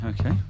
okay